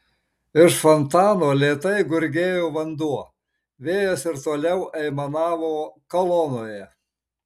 iš fontano lėtai gurgėjo vanduo vėjas ir toliau aimanavo kolonoje